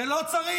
כי לא צריך.